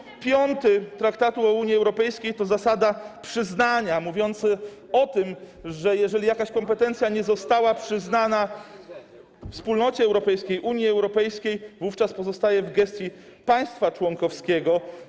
Art. 5 Traktatu o Unii Europejskiej to zasada przyznania mówiąca o tym, że jeżeli jakaś kompetencja nie została przyznana Wspólnocie Europejskiej, Unii Europejskiej, pozostaje ona w gestii państwa członkowskiego.